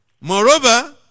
Moreover